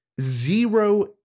zero